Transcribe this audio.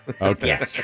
Okay